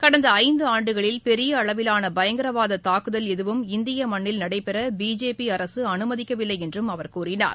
கடந்த ஐந்தாண்டுகளில் பெரிய அளவிலான பயங்கரவாத தாக்குதல் எதுவும் இந்திய மண்ணில் நடைபெற பிஜேபி அரசு அனுமதிக்கவில்லை என்றும் அவர் கூறினார்